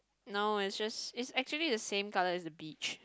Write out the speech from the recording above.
no is just is actually the same colour as the beach